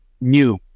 new